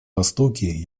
востоке